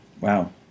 Wow